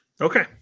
Okay